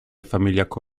familiako